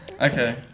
Okay